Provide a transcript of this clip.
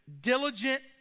diligent